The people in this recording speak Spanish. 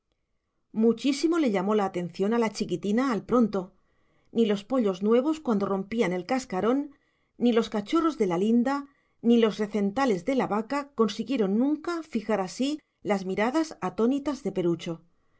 muchísimo le llamó la atención la chiquitina al pronto ni los pollos nuevos cuando rompían el cascarón ni los cachorros de la linda ni los recentales de la vaca consiguieron nunca fijar así las miradas atónitas de perucho